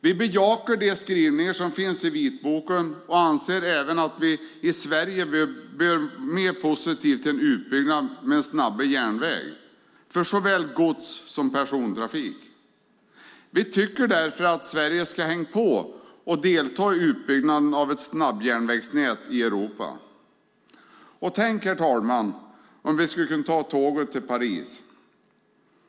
Vi bejakar de skrivningar som finns i vitboken och anser att även vi i Sverige bör vara mer positiva till en utbyggnad med en snabbare järnväg för såväl gods som persontrafik. Vi tycker därför att Sverige ska hänga på och delta i utbyggnaden av ett snabbjärnvägsnät i Europa. Tänk er om vi skulle kunna ta tåget till Paris.